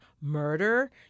murder